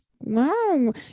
Wow